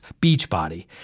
Beachbody